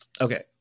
Okay